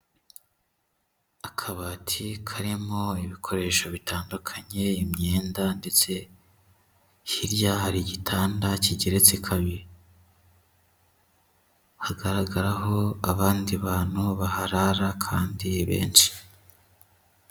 Akabati karimo ibikoresho bitandukanye, imyenda ndetse hirya hari igitanda kigeretse kabiri. Hagaragaraho abandi bantu baharara kandi benshi.